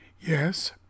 Yes